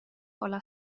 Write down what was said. hålla